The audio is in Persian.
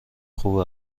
خوب